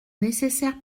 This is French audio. nécessaires